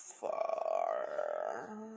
far